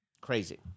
Crazy